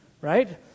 right